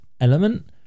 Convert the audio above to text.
element